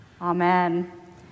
Amen